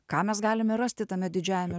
ką mes galime rasti tame didžiajame